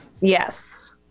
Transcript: yes